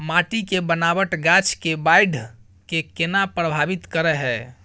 माटी के बनावट गाछ के बाइढ़ के केना प्रभावित करय हय?